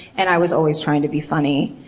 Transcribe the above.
and i was always trying to be funny.